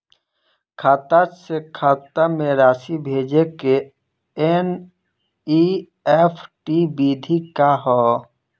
खाता से खाता में राशि भेजे के एन.ई.एफ.टी विधि का ह?